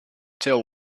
till